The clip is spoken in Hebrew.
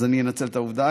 אז אני אנצל את העובדה,